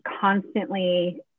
constantly